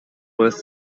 worth